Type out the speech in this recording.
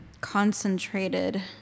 concentrated